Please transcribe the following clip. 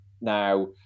Now